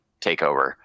takeover